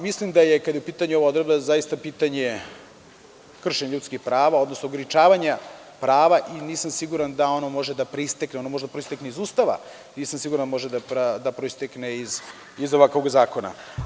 Mislim da je, kada je u pitanju ova odredba, zaista pitanje kršenja ljudskih prava, odnosno ograničavanja prava, ono može da proistekne iz Ustava, nisam siguran da može da proistekne iz ovakvog zakona.